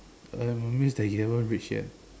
uh that means he haven't rage yet